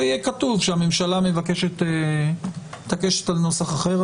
יהיה כתוב שהממשלה מתעקשת עוד נוסח אחר.